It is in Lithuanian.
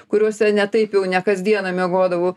kuriuose ne taip jau ne kas dieną miegodavau